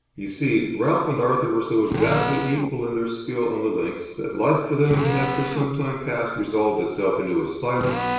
you see, ralph and arthur were so exactly equal in their skill on the links that life for them had for some time past resolved itself into a silent,